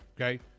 okay